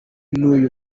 nuyu